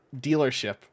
dealership